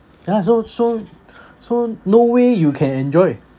yeah so so so no way you can enjoy